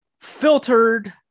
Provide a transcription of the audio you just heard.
filtered